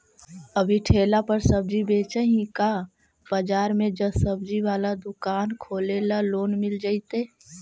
अभी ठेला पर सब्जी बेच ही का बाजार में ज्सबजी बाला दुकान खोले ल लोन मिल जईतै?